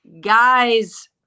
Guys